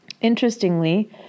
Interestingly